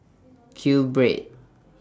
Q Bread